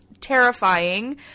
terrifying